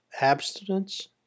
abstinence